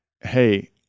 hey